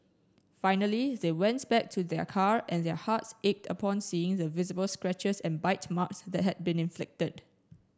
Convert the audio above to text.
finally they went back to their car and their hearts ached upon seeing the visible scratches and bite marks that had been inflicted